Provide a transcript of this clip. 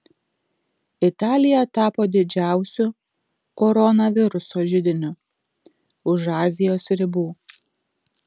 italija tapo didžiausiu koronaviruso židiniu už azijos ribų